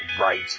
Right